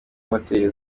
moteri